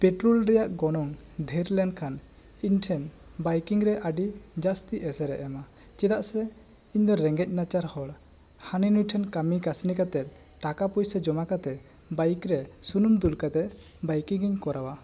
petrol ᱨᱮᱭᱟᱜ ᱜᱚᱱᱚᱝ ᱰᱷᱮᱨ ᱞᱮᱱ ᱠᱷᱟᱱ ᱤᱧ ᱴᱷᱮᱱ ᱵᱟᱭᱠᱤᱝ ᱨᱮ ᱟᱹᱰᱤ ᱡᱟᱹᱥᱛᱤ ᱮᱥᱮᱨ ᱮ ᱮᱢᱟ ᱪᱮᱫᱟᱜ ᱥᱮ ᱤᱧ ᱫᱚ ᱨᱮᱸᱜᱮᱡ ᱱᱟᱪᱟᱨ ᱦᱚᱲ ᱦᱟᱹᱱᱤ ᱱᱟᱹᱭ ᱴᱷᱮᱱ ᱠᱟᱹᱢᱤ ᱠᱟᱹᱥᱱᱤ ᱠᱟᱛᱮ ᱴᱟᱠᱟ ᱯᱚᱭᱥᱟᱹ ᱡᱚᱢᱟ ᱠᱟᱛᱮ ᱵᱟᱭᱤᱠ ᱨᱮ ᱥᱩᱱᱩᱢ ᱤᱧ ᱫᱩᱞ ᱠᱟᱛᱮ ᱵᱟᱭᱤᱠᱤᱝ ᱤᱧ ᱠᱚᱨᱟᱣᱟ